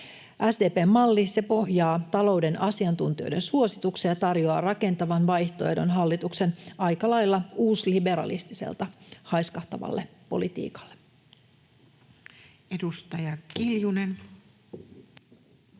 SDP:n malli pohjaa talouden asiantuntijoiden suosituksiin ja tarjoaa rakentavan vaihtoehdon hallituksen aika lailla uusliberalistiselta haiskahtavalle politiikalle. [Speech